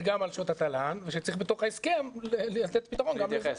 גם על שעות התל"ן ושצריך בתוך ההסכם לתת פתרון גם לזה.